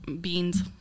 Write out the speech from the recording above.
beans